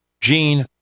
Gene